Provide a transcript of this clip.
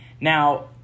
now